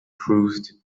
proved